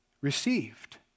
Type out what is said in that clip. received